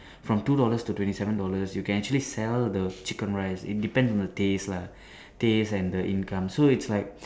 from two dollars to twenty seven dollars you can actually sell the chicken rice it depends on the days lah days and the income so its like